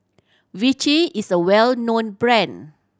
Vichy is a well known brand